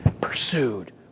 pursued